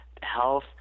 health